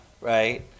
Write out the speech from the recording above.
Right